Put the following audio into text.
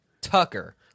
Tucker